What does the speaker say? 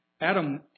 Adam